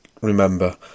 remember